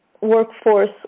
workforce